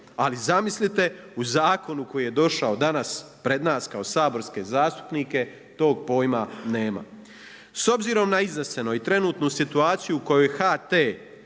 Ali zamislite u zakonu koji je došao danas pred nas kao saborske zastupnike tog pojma nema. S obzirom na izneseno i trenutnu situaciju u kojoj HT